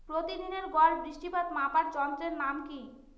প্রতিদিনের গড় বৃষ্টিপাত মাপার যন্ত্রের নাম কি?